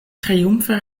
triumfe